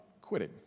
quitting